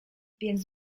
więc